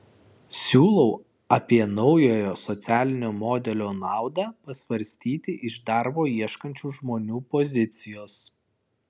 siūlau apie naujojo socialinio modelio naudą pasvarstyti iš darbo ieškančių žmonių pozicijos